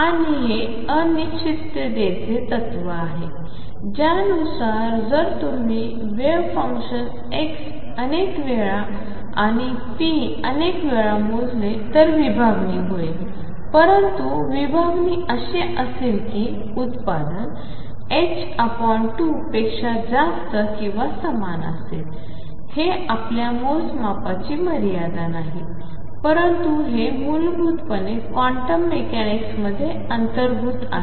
असेल आणि हे अनिश्चिततेचे तत्त्व आहे ज्यानुसार जर तुम्ही वेव्ह फंक्शन x अनेक वेळा आणि p अनेक वेळा मोजले तर विभागणी होईल परंतु विभागणी अशी असेल की ते उत्पादन 2 पेक्षा जास्त किंवा समान असेल हे आपल्या मोजमापाची मर्यादा नाही परंतु हे मूलभूतपणे क्वांटम मेकॅनिक्समध्ये अंतर्भूत आहे